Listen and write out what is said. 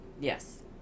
Yes